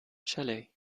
chilly